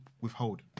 withhold